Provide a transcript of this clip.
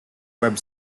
web